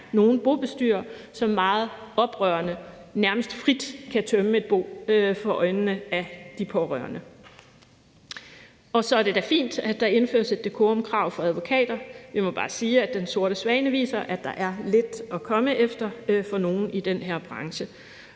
nogle bobestyrere, som meget oprørende nærmest frit kan tømme et bo for øjnene af de pårørende. Så er det da fint, at der indføres et dekorumkrav for advokater. Jeg må bare sige, at »Den sorte svane« viser, at der er lidt at komme efter ved nogle i den her branche.